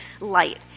light